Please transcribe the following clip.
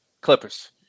Clippers